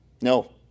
No